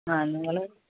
ആ നിങ്ങള്